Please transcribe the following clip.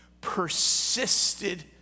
persisted